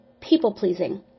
people-pleasing